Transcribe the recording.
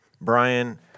Brian